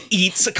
eats